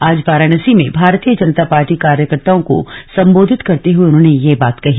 आज वाराणसी में भारतीय जनता पार्टी कार्यकर्ताओं को संबोधित करते हुए उन्होंने ये बात कही